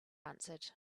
answered